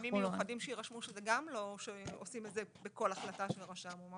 מטעים מיוחדים שיירשמו שגם לא עושים את זה בכל החלטה של רשם.